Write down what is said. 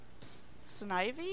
Snivy